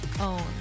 own